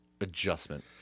adjustment